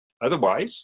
Otherwise